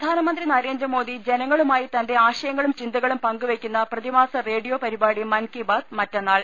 പ്രധാനമന്ത്രി നരേന്ദ്രമോദി ജനങ്ങളുമായി തന്റെ ആശയി ങ്ങളും ചിന്തകളും പങ്ക് വയ്ക്കുന്ന പ്രതിമാസ റേഡിയോ പരി പാടി മൻ കി ബാത് മറ്റന്നാൾ